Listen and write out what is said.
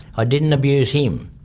i didn't abuse him.